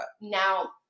Now